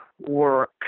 work